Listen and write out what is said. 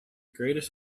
greatest